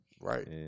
Right